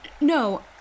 no